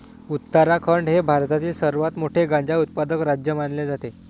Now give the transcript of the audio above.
उत्तराखंड हे भारतातील सर्वात मोठे गांजा उत्पादक राज्य मानले जाते